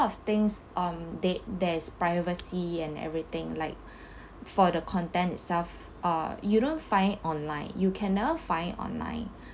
a lot of things um the~ there's privacy and everything like for the content itself uh you don't find it online you can never find online